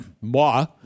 moi